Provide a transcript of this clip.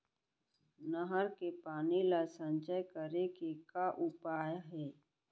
नहर के पानी ला संचय करे के का उपाय हे?